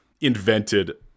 Invented